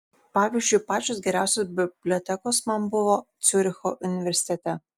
pavyzdžiui pačios geriausios bibliotekos man buvo ciuricho universitete